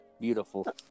Beautiful